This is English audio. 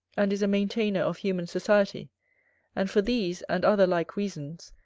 and is a maintainer of human society and for these, and other like reasons,